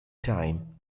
time